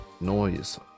noise